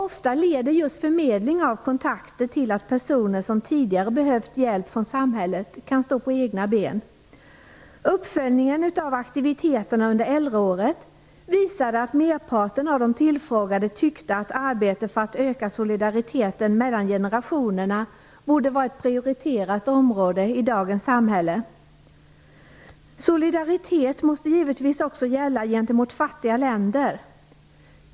Ofta leder just förmedling av kontakter till att personer som tidigare behövt hjälp från samhällets sida kan stå på egna ben. Uppföljningen av aktiviteterna under äldreåret visade att merparten av de tillfrågade tyckte att arbete för att öka solidariteten mellan generationerna borde vara ett prioriterat område i dagens samhälle. Solidaritet måste givetvis också gälla gentemot fattiga länder.